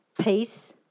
peace